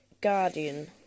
guardian